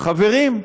חברים,